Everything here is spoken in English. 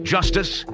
Justice